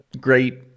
great